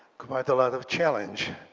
quite a lot of challenge.